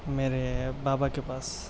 میرے بابا کے پاس